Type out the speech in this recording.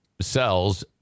sells